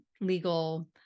legal